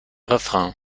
refrain